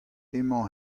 emañ